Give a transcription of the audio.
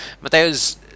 Mateus